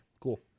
Cool